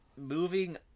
moving